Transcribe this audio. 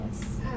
Yes